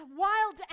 wild